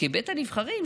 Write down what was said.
כבית הנבחרים,